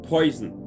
Poison